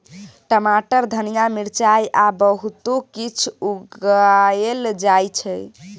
टमाटर, धनिया, मिरचाई आ बहुतो किछ उगाएल जाइ छै